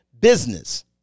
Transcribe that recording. business